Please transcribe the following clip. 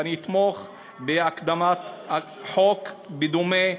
ואני אתמוך בקידום חוק דומה,